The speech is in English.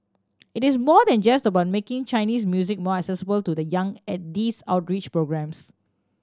it is more than just about making Chinese music more accessible to the young at these outreach programmes